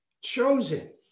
chosen